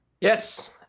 Yes